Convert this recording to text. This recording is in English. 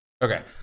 Okay